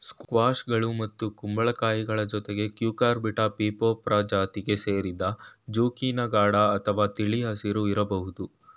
ಸ್ಕ್ವಾಷ್ಗಳು ಮತ್ತು ಕುಂಬಳಕಾಯಿಗಳ ಜೊತೆಗೆ ಕ್ಯೂಕರ್ಬಿಟಾ ಪೀಪೊ ಪ್ರಜಾತಿಗೆ ಸೇರಿದೆ ಜುಕೀನಿ ಗಾಢ ಅಥವಾ ತಿಳಿ ಹಸಿರು ಇರ್ಬೋದು